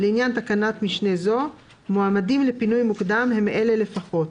"לעניין תקנת משנה זו "מועמדים לפינוי מוקדם" הם אלה לפחות: